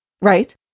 right